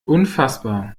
unfassbar